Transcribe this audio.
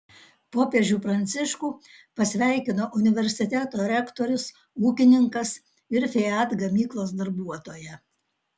popiežių pranciškų pasveikino universiteto rektorius ūkininkas ir fiat gamyklos darbuotoja